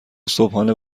صبحانه